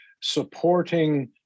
supporting